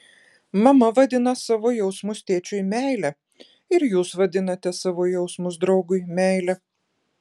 mama vadina savo jausmus tėčiui meile ir jūs vadinate savo jausmus draugui meile